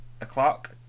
o'clock